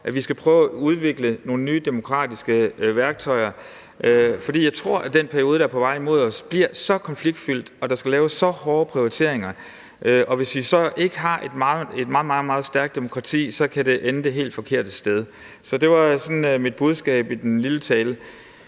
at vi skal prøve at udvikle nogle nye demokratiske værktøjer. For jeg tror, at den periode, der er på vej imod os, bliver så konfliktfyldt, og at der skal laves så hårde prioriteringer, at det, hvis vi så ikke har et meget, meget stærkt demokrati, kan ende det helt forkerte sted. Så det var sådan mit budskab i den lille tale.